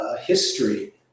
history